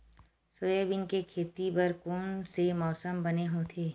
Soybean के खेती बर कोन से मौसम बने होथे?